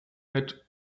mit